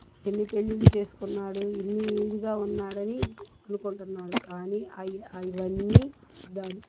ఎన్ని పెళ్ళిళ్ళు చేసుకున్నాడు ఎన్ని ఇదిగా ఉన్నాడని అనుకుంటున్నారు కానీ అవి అవి ఇవన్నీ అబద్ధాలు